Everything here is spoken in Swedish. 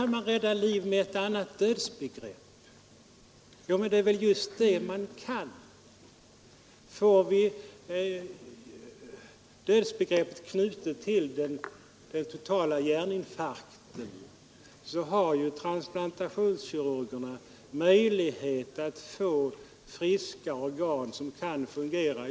Det är väl just det man kan! Blir dödsbegreppet knutet till den totala hjärninfarkten har transplantationskirurgerna möjlighet att få friska organ som kan fungera.